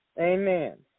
amen